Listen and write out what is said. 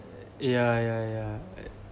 ya ya ya